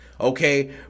okay